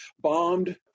bombed